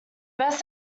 best